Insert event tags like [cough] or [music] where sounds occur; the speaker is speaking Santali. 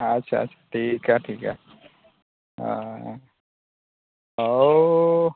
ᱟᱪᱪᱷᱟ ᱟᱪᱪᱷᱟ ᱴᱷᱤᱠᱼᱟ ᱴᱷᱤᱠᱼᱟ ᱦᱮᱸ [unintelligible]